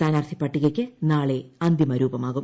സ്ഥാനാർത്ഥി പട്ടികയ്ക്ക് നീാ്ളെ അന്തിമരൂപമാകും